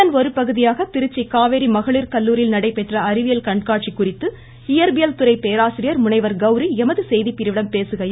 இதன் ஒருபகுதியாக திருச்சி காவேரி மகளிர் கல்லூரியில் நடைபெற்ற அறிவியல் கண்காட்சி குறித்து இயற்பியல் துறை பேராசிரியர் முனைவர் கௌரி எமது செய்திப்பிரிவிடம் பேசுகையில்